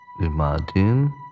Imagine